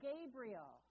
Gabriel